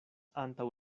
antaŭ